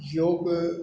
योग